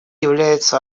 является